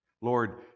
Lord